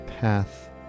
path